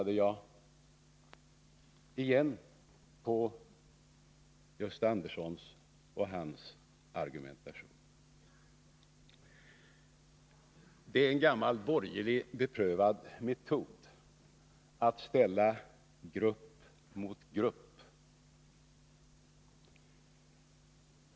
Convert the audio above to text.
Det är en gammal beprövad borgerlig metod att ställa grupp mot grupp.